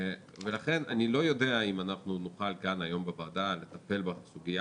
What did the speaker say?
ולכן אני לא יודע אם אנחנו נוכל כאן היום בוועדה לטפל בסוגיה